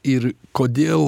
ir kodėl